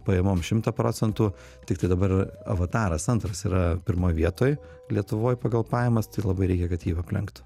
pajamom šimtą procentų tiktai dabar avataras antras yra pirmoj vietoj lietuvoj pagal pajamas tai labai reikia kad jį aplenktų